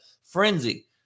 frenzy